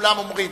כולם אומרים.